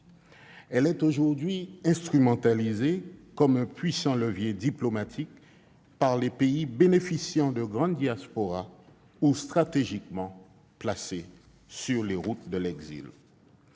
est aujourd'hui instrumentalisée comme un puissant levier diplomatique par les pays bénéficiant de grandes diasporas ou stratégiquement placés sur les routes de l'exil.